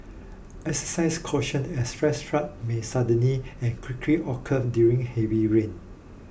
exercise caution as flash floods may suddenly and quickly occur during heavy rain